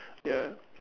ya